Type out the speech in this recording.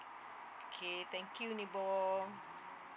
okay thank you nibong